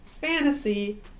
fantasy